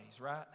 right